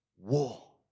war